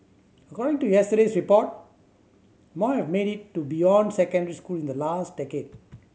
according to yesterday's report more have made it to beyond secondary school in the last decade